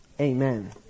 Amen